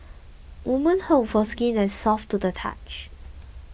women hope for skin that soft to the touch